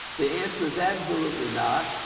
the answer is absolutely not.